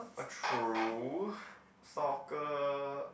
uh true soccer